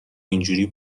اینجوری